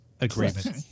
agreement